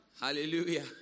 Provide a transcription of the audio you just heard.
Hallelujah